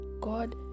God